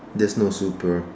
there is no super